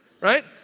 right